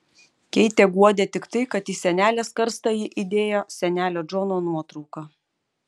keitę guodė tik tai kad į senelės karstą ji įdėjo senelio džono nuotrauką